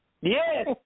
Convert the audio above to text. Yes